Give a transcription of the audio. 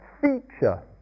feature